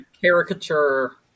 caricature